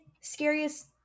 scariest